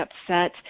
upset